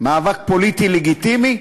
מאבק פוליטי לגיטימי,